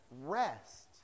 rest